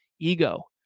ego